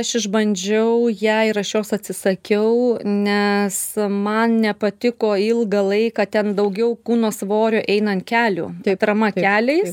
aš išbandžiau ją ir aš jos atsisakiau nes man nepatiko ilgą laiką ten daugiau kūno svorio eina ant kelių atrama keliais